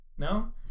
No